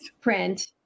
print